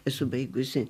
esu baigusi